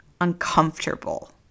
uncomfortable